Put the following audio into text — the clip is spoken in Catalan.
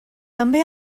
també